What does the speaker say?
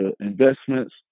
investments